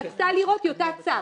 רצתה לראות טיוטת צו.